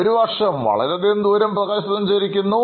ഒരു വർഷം വളരെ ദൂരം പ്രകാശം സഞ്ചരിക്കുന്നു